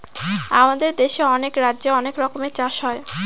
আমাদের দেশে অনেক রাজ্যে অনেক রকমের চাষ হয়